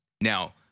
now